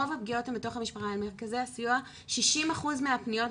במרכזי הסיוע 60% מהפניות,